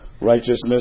righteousness